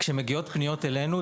כשמגיעות פניות אלינו,